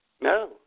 No